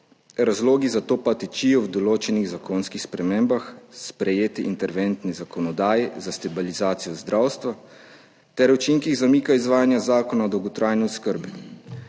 razlogi za to pa tičijo v določenih zakonskih spremembah, sprejeti interventni zakonodaji za stabilizacijo zdravstva ter učinkih zamika izvajanja Zakona o dolgotrajni oskrbi.